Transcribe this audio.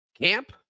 camp